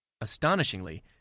astonishingly